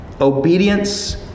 Obedience